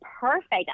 perfect